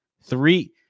Three